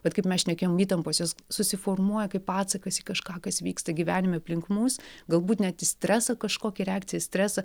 vat kaip mes šnekėjom įtampos jos susiformuoja kaip atsakas į kažką kas vyksta gyvenime aplink mus galbūt net į stresą kažkokį reakcija į stresą